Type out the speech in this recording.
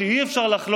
לא בית משפט